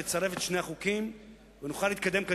נצרף את שני החוקים ונוכל להתקדם.